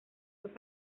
esto